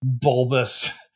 bulbous